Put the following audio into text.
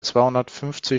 zweihundertfünfzig